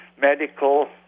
medical